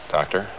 Doctor